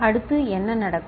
அடுத்து என்ன நடக்கும்